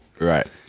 Right